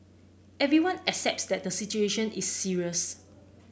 everyone accepts that the situation is serious